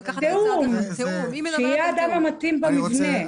תיאום, שיהיה האדם המתאים במבנה.